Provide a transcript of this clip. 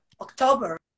October